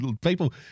People